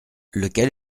lequel